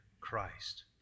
Christ